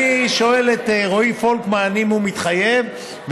אני שואל את רועי פולקמן אם הוא מתחייב,